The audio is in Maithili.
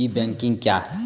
ई बैंकिंग क्या हैं?